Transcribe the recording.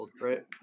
right